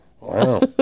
Wow